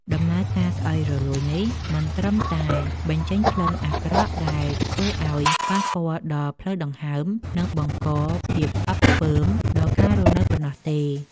ដំណើរការស្អុយរលួយនេះមិនត្រឹមតែបញ្ចេញក្លិនអាក្រក់ដែលធ្វើឱ្យប៉ះពាល់ដល់ផ្លូវដង្ហើម និងបង្កភាពស្អប់ខ្ពើមដល់ការរស់នៅប៉ុណ្ណោះទេ។